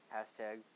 Hashtag